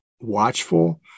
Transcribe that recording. watchful